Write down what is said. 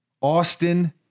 Austin